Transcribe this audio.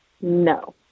no